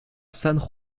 san